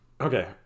Okay